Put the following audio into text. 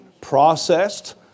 processed